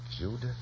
Judith